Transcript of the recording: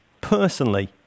personally